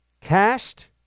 cast